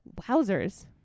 Wowzers